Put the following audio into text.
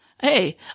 Hey